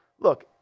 Look